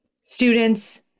students